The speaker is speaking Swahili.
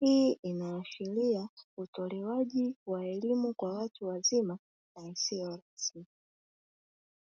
hii inaashiria utolewaji wa elimu kwa watu wazima na isiyo rasmi.